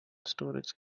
storage